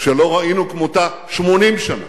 שלא ראינו כמותה 80 שנה.